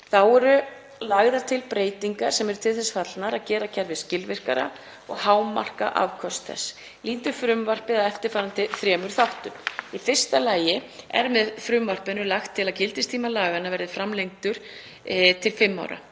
Þá eru lagðar til breytingar sem eru til þess fallnar að gera kerfið skilvirkara og hámarka afköst þess. Lýtur frumvarpið að eftirfarandi þremur þáttum: Í fyrsta lagi er með frumvarpinu lagt til að gildistími laganna verði framlengdur til fimm ára.